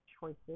choices